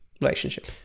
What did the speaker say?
relationship